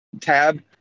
tab